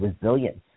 resilience